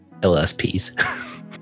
LSPs